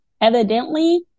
evidently